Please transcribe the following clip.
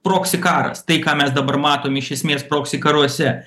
proksi karas tai ką mes dabar matom iš esmės proksi karuose